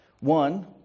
One